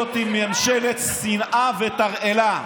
בעצם זאת ממשלת שנאה ותרעלה.